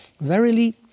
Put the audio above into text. verily